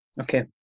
Okay